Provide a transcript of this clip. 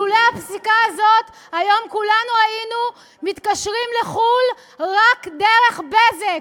לולא הפסיקה הזאת כולנו היום היינו מתקשרים לחו"ל רק דרך "בזק"